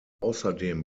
außerdem